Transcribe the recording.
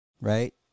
Right